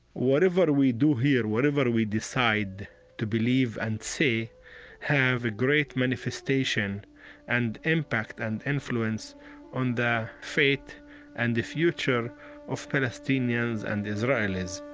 whatever we do here, whatever we decide to believe and say have a great manifestation and impact and influence on the fate and the future of palestinians and israelis